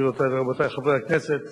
גבירותי ורבותי חברי הכנסת,